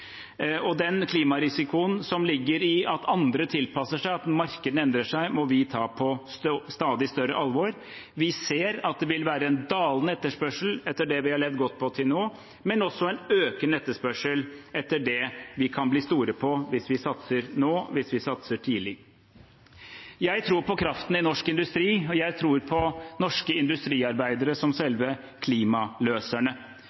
Og den klimarisikoen som ligger i at andre tilpasser seg, at markedene endrer seg, må vi ta på stadig større alvor. Vi ser at det vil være en dalende etterspørsel etter det vi har levd godt på til nå, men også en økende etterspørsel etter det vi kan bli store på hvis vi satser nå, hvis vi satser tidlig. Jeg tror på kraften i norsk industri, og jeg tror på norske industriarbeidere som